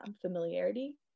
familiarity